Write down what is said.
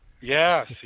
Yes